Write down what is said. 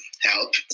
help